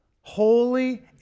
holy